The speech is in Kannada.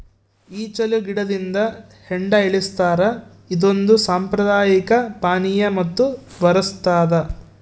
ಈಚಲು ಗಿಡದಿಂದ ಹೆಂಡ ಇಳಿಸ್ತಾರ ಇದೊಂದು ಸಾಂಪ್ರದಾಯಿಕ ಪಾನೀಯ ಮತ್ತು ಬರಸ್ತಾದ